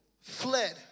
fled